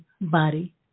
body